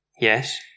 Yes